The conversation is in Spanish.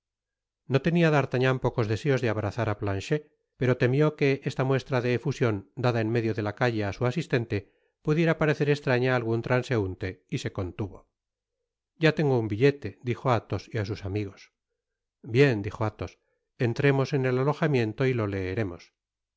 no tenia d'artagnan pocos deseos de abrazar á planchet pero temió que esta muestra de efusion dada en medio de la calle á su asistente pudiera parecer estraña á algun transeunte y se contuvo ya tengo un biltete dijo á athos y á sus amigos bien dijo athos entremos en el alojamiento y lo leeremos el